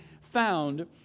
found